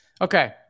Okay